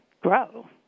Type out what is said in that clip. grow